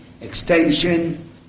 extension